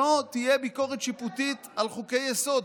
שלא תהיה ביקורת שיפוטית על חוקי-יסוד.